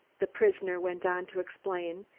the prisoner went on to explain,